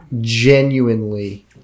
Genuinely